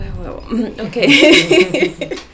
Okay